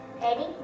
Ready